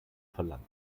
verlangt